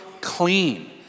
clean